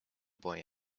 boy